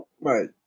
Right